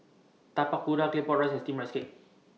Tapak Kuda Claypot Rice and Steamed Rice Cake